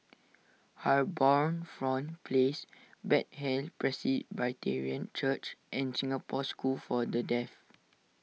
HarbourFront Place Bethel Presbyterian Church and Singapore School for the Deaf